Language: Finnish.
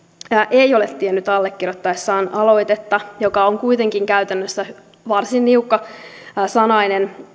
ei ole tiennyt allekirjoittaessaan aloitetta joka on kuitenkin käytännössä varsin niukkasanainen